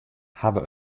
hawwe